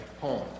home